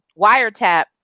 wiretap